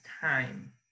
time